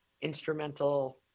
instrumental